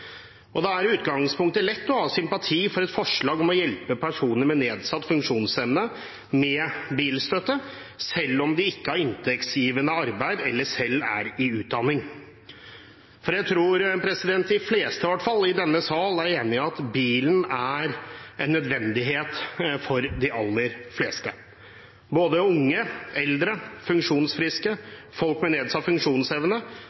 det. Det er i utgangspunktet lett å ha sympati for et forslag om å hjelpe personer med nedsatt funksjonsevne med bilstøtte, selv om de ikke har inntektsgivende arbeid eller er i utdanning. For jeg tror i hvert fall de fleste i denne sal er enig i at bilen er en nødvendighet for de aller fleste, både unge, eldre,